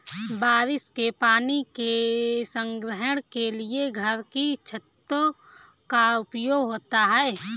बारिश के पानी के संग्रहण के लिए घर की छतों का उपयोग होता है